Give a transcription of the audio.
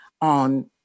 on